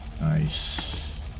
nice